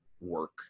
work